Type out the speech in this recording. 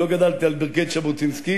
לא גדלתי על ברכי ז'בוטינסקי,